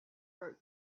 road